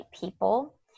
people